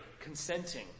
consenting